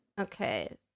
Okay